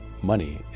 money